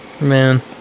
Man